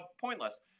pointless